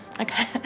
Okay